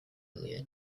earlier